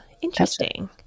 Interesting